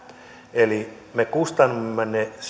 eli me kustannamme